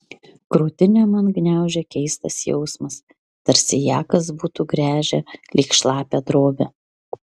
krūtinę man gniaužė keistas jausmas tarsi ją kas būtų gręžę lyg šlapią drobę